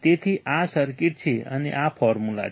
તેથી આ સર્કિટ છે અને આ ફોર્મ્યુલા છે